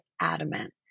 adamant